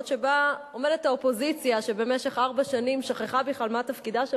שבה עומדת האופוזיציה שבמשך ארבע שנים שכחה בכלל מה תפקידה של